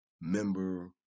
member